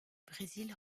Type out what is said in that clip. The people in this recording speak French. brésil